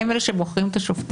הם אלה שבוחרים את השופטים,